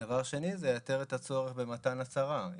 דבר שני, זה ייתר את הצורך במתן הצהרה.